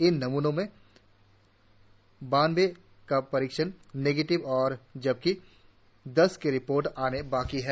इन नमूनों में से बानवे का परीक्षण निगेटिव है जबकि दस के रिपोर्ट आने बाकी हैं